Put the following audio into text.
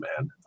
man